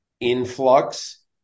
Influx